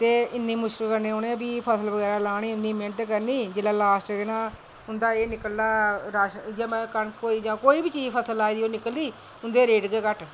ते इन्नी मुशकल कन्नै भी उ'नें फसल बगैरा लानी इन्नी मैह्नत करनी ते जेल्लै लॉस्ट ना केह् आखदे उं'दा एह् निकलदा कनक होई जां कोई बी चीज फसल लाई दी होऐ ओह् निकलदी उं'दे रेट गै घट्ट न